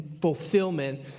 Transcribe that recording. fulfillment